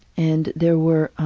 and there were